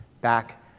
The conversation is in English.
back